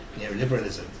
neoliberalism